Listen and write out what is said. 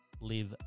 live